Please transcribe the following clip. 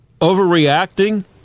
overreacting